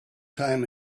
time